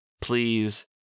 please